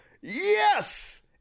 yes